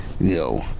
Yo